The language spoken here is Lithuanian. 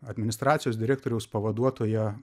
administracijos direktoriaus pavaduotoja